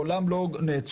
מעולם לא נעצרו,